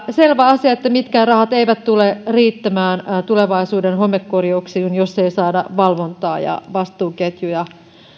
selvä asia että mitkään rahat eivät tule riittämään tulevaisuuden homekorjauksiin jos ei saada valvontaa ja vastuuketjuja